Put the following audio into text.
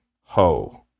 ho